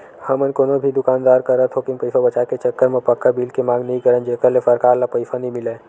हमन कोनो भी दुकानदार करा थोकिन पइसा बचाए के चक्कर म पक्का बिल के मांग नइ करन जेखर ले सरकार ल पइसा नइ मिलय